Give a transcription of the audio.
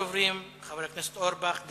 ראשון הדוברים, חבר הכנסת אורי אורבך.